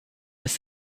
with